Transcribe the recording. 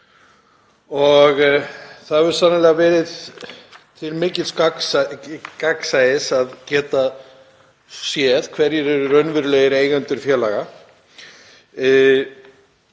Það hefur sannarlega verið til mikils gagns og gagnsæis að geta séð hverjir eru raunverulegir eigendur félaga.